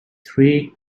three